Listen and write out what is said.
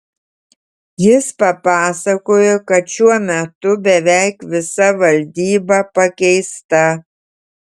jis papasakojo kad šiuo metu beveik visa valdyba pakeista